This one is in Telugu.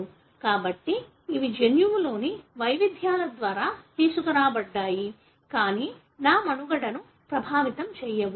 కాబట్టి ఇవి జన్యువులోని వైవిధ్యాల ద్వారా తీసుకురాబడ్డాయి కానీ నా మనుగడను ప్రభావితం చేయవు